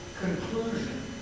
conclusion